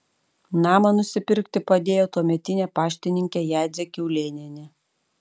namą nusipirkti padėjo tuometinė paštininkė jadzė kiaulėnienė